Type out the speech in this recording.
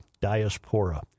Diaspora